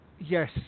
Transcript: yes